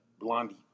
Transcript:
Blondie